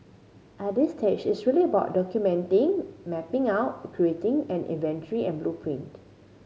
at this stage it's really about documenting mapping out creating an inventory and blueprint